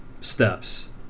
steps